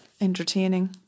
entertaining